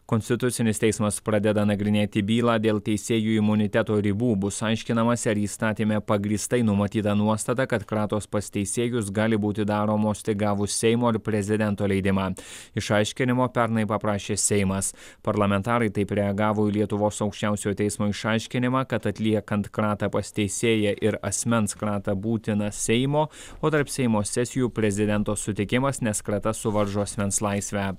konstitucinis teismas pradeda nagrinėti bylą dėl teisėjų imuniteto ribų bus aiškinamasi ar įstatyme pagrįstai numatyta nuostata kad kratos pas teisėjus gali būti daromos tik gavus seimo ir prezidento leidimą išaiškinimo pernai paprašė seimas parlamentarai taip reagavo į lietuvos aukščiausiojo teismo išaiškinimą kad atliekant kratą pas teisėją ir asmens kratą būtinas seimo o tarp seimo sesijų prezidento sutikimas nes krata suvaržo asmens laisvę